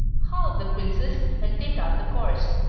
halve the quinces, and take out the cores.